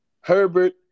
Herbert